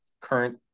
current